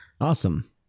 Awesome